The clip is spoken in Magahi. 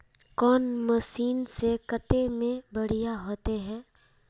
कौन मशीन से कते में बढ़िया होते है?